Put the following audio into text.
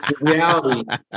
reality